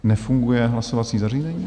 Nefunguje hlasovací zařízení?